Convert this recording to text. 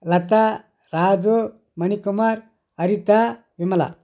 Latha Raju Manikumar Haritha Vimala